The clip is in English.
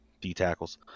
D-tackles